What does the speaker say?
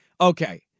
Okay